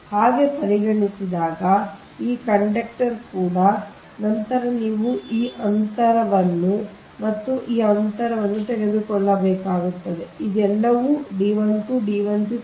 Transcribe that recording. ಅಂತೆಯೇ ನೀವು ಇದನ್ನು ಪರಿಗಣಿಸಿದರೆ ಈ ಕಂಡಕ್ಟರ್ ಕೂಡ ನಂತರ ನೀವು ಈ ಅಂತರವನ್ನು ಮತ್ತು ಈ ಅಂತರವನ್ನು ತೆಗೆದುಕೊಳ್ಳಬೇಕಾಗುತ್ತದೆ ನೀವು ಇದನ್ನು ಪರಿಗಣಿಸಿದರೆ ಇದು ಒಂದು ಇದು